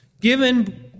given